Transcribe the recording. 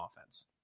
offense